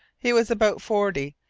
he was about forty,